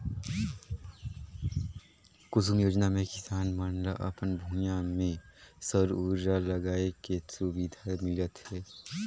कुसुम योजना मे किसान मन ल अपन भूइयां में सउर उरजा लगाए के सुबिधा मिलत हे